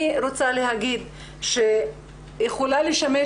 אני רוצה להגיד שאני יכולה לשמש,